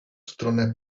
stronę